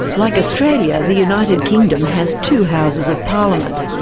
like australia, the united kingdom has two houses of parliament.